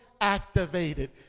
activated